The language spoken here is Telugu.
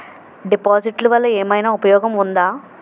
డిపాజిట్లు వల్ల ఏమైనా ఉపయోగం ఉందా?